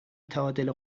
تعادل